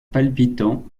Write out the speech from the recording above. palpitant